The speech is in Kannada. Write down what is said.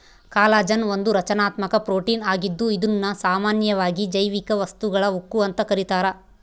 ಕಾಲಜನ್ ಒಂದು ರಚನಾತ್ಮಕ ಪ್ರೋಟೀನ್ ಆಗಿದ್ದು ಇದುನ್ನ ಸಾಮಾನ್ಯವಾಗಿ ಜೈವಿಕ ವಸ್ತುಗಳ ಉಕ್ಕು ಅಂತ ಕರೀತಾರ